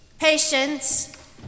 patience